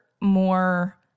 more